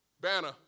Banner